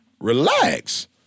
relax